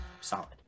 Solid